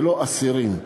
ולא אסירים.